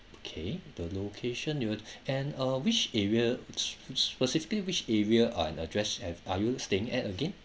okay the location you and uh which area specifically which area uh in address have are you staying at again